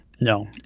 No